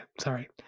sorry